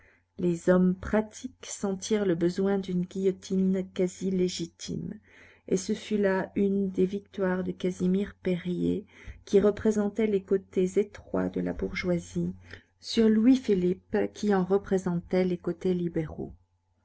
les hommes pratiques sentirent le besoin d'une guillotine quasi légitime et ce fut là une des victoires de casimir perier qui représentait les côtés étroits de la bourgeoisie sur louis-philippe qui en représentait les côtés libéraux